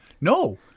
No